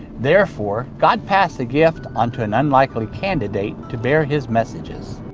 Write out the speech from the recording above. therefore god passed the gift onto an unlikely candidate to bear his messages.